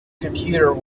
computer